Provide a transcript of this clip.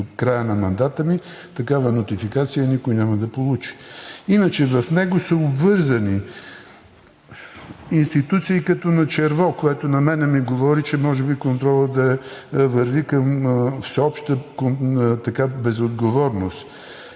и до края на мандата ми, такава нотификация никой няма да получи. Иначе в него са обвързани институции като на черво, което на мен ми говори, че може би контролът върви към всеобща безотговорност: